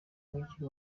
mujyi